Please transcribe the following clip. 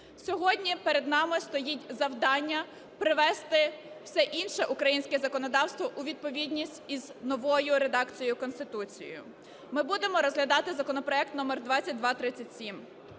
Сьогодні перед нами стоїть завдання привести всі інше українське законодавство у відповідність із новою редакцією Конституції. Ми будемо розглядати законопроект №2237,